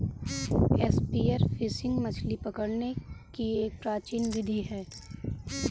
spear fishing मछली पकड़ने की एक प्राचीन विधि है